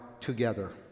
together